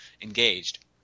engaged